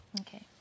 Okay